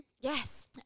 Yes